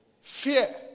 fear